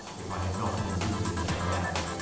if i had not been wounded as i am.